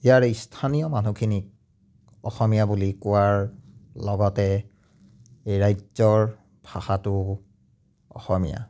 ইয়াৰ এই স্থানীয় মানুহখিনিক অসমীয়া বুলি কোৱাৰ লগতে এই ৰাজ্যৰ ভাষাটোও অসমীয়া